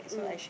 mm